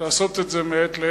לעשות את זה מעת.